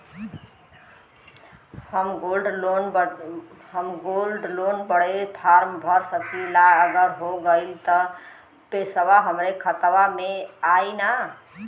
हम gold loan बड़े form भर सकी ला का अगर हो गैल त पेसवा हमरे खतवा में आई ना?